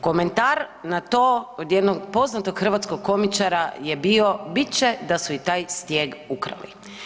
Komentar na to od jednog poznatog hrvatskog komičara je bio, biće da su i taj stijeg ukrali.